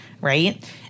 Right